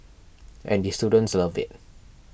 and the students love it